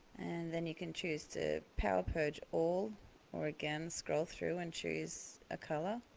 then you can choose to power purge all or again scroll through and choose a color.